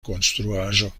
konstruaĵo